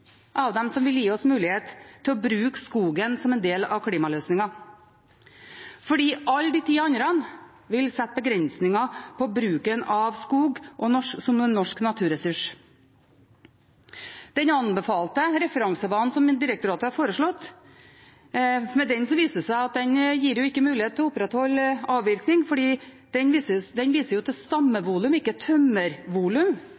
av dem som vil gi oss mulighet til å bruke skogen som en del av klimaløsningen. Alle de ti andre vil sette begrensninger på bruken av skog som en norsk naturressurs. Det viser seg at den anbefalte referansebanen som Miljødirektoratet har foreslått, ikke gir mulighet til å opprettholde avvirkning fordi den viser til stammevolum,